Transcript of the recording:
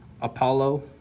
apollo